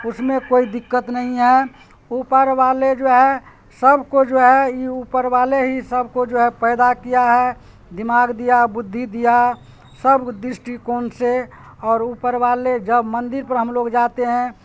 اس میں کوئی دقت نہیں ہے اوپر والے جو ہے سب کو جو ہے یہ اوپر والے ہی سب کو جو ہے پیدا کیا ہے دماغ دیا بدھی دیا سب درشٹی کون سے اور اوپر والے جب مندر پر ہم لوگ جاتے ہیں